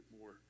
more